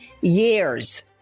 years